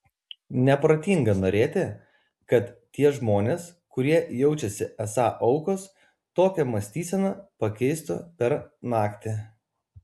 neprotinga norėti kad tie žmonės kurie jaučiasi esą aukos tokią mąstyseną pakeistų per naktį